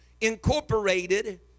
incorporated